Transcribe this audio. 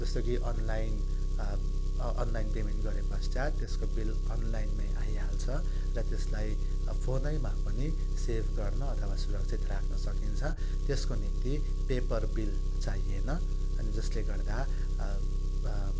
जस्तो कि online online payment गरेपश्चात त्यसको बिल अनलाइनमै आइहाल्छ र त्यसलाई फोनैमा पनि सेभ गर्न अथवा सुरक्षित राख्न सकिन्छ त्यसको निम्ति पेपर बिल चाहिएन अनि जसले गर्दा